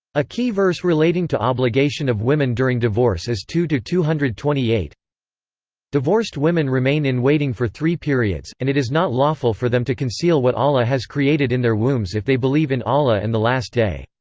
a key verse relating to obligation of women during divorce is two two two hundred and twenty eight divorced women remain in waiting for three periods, and it is not lawful for them to conceal what allah has created in their wombs if they believe in allah and the last day.